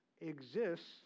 exists